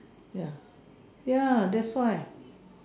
ya ya that's why